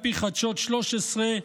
על פי חדשות 13,